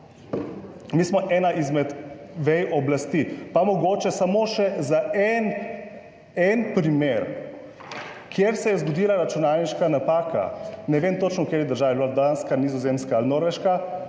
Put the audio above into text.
Mi smo ena izmed vej oblasti. Pa mogoče samo še en primer, kjer se je zgodila računalniška napaka, ne vem točno, v kateri državi je bilo, Danska, Nizozemska ali Norveška,